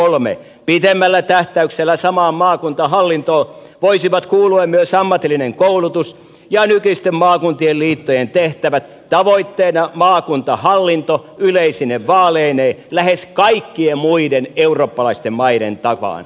kolmanneksi pitemmällä tähtäyksellä samaan maakuntahallintoon voisivat kuulua myös ammatillinen koulutus ja nykyisten maakuntien liittojen tehtävät tavoitteena maakuntahallinto yleisine vaaleineen lähes kaikkien muiden eurooppalaisten maiden tapaan